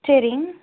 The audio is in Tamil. சரி